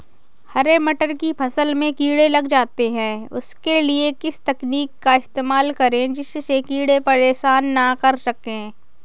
हरे मटर की फसल में कीड़े लग जाते हैं उसके लिए किस तकनीक का इस्तेमाल करें जिससे कीड़े परेशान ना कर सके?